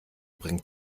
bringt